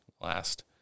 last